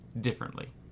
differently